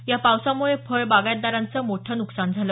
या पावसामुळे फळ बागायतदारांचं मोठं नुकसान झालं